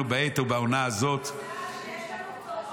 בעת ובעונה הזאת -- מזל שיש לנו תורה